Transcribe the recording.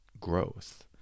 growth